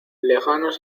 lejanos